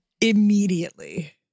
immediately